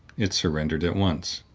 it surrendered at once,